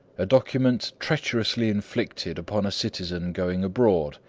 a document treacherously inflicted upon a citizen going abroad,